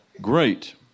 great